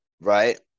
right